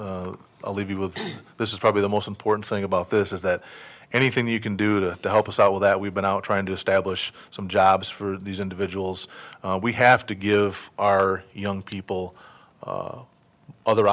tonight leave you with this is probably the most important thing about this is that anything you can do to help us out with that we've been trying to establish some jobs for these individuals we have to give our young people other